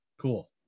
Cool